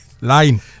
Line